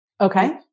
Okay